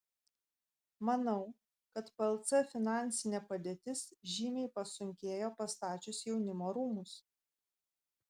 manau kad plc finansinė padėtis žymiai pasunkėjo pastačius jaunimo rūmus